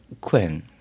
Quinn